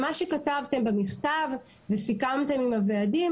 מה שכתבתם במכתב וסיכמתם עם הוועדים,